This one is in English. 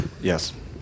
Yes